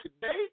today